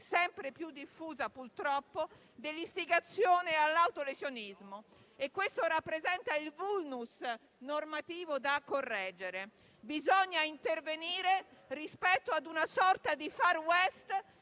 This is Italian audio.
sempre più diffusa, purtroppo, dell'istigazione all'autolesionismo, e questo rappresenta il *vulnus* normativo da correggere. Bisogna intervenire rispetto ad una sorta di *far west*